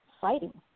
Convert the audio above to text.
fighting